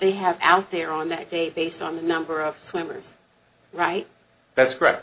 they have out there on that day based on the number of swimmers right that's correct